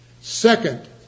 Second